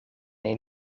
een